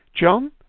John